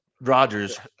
rogers